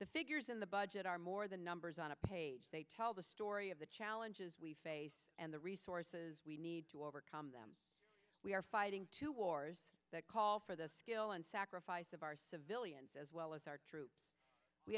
the figures in the budget are more than numbers on a page they tell the story of the challenges we face and the resources we need to overcome them we are fighting two wars that call for the skill and sacrifice of our civilians as well as our troops we